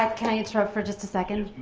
um can i interrupt for just a second.